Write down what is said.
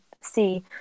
see